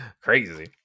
Crazy